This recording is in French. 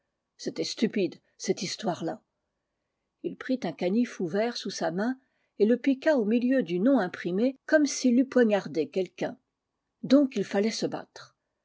c'était stupide cette histoire-là ii prit un canif ouvert sous sa main et le piqua au milieu du nom imprimé comme s'il eût poignardé quelqu'un donc il fallait se battre